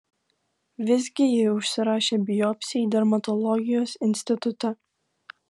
visgi ji užsirašė biopsijai dermatologijos institute